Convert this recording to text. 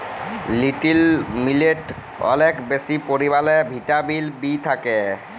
little মিলেটে অলেক বেশি পরিমালে ভিটামিল বি থ্যাকে